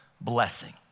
blessing